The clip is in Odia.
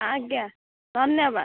ଆଜ୍ଞା ଧନ୍ୟବାଦ